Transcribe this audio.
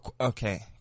okay